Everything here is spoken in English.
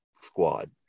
squad